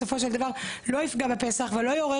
בסופו של דבר לא יפגע בפסח ולא יעורר